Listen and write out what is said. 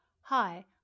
Hi